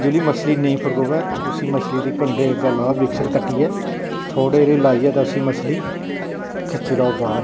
जेह्ड़ी मछली नेईं पकड़ोऐ ते उसी कंडै दा बिकसल कट्टियै थोह्ड़े हारे लाइयै ते उसी मछली खिच्ची लैओ बाहर